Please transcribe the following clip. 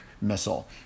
missile